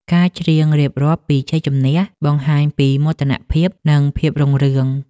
ការច្រៀងរៀបរាប់ពីជ័យជម្នះ បង្ហាញពីមោទនភាព និងភាពរុងរឿង។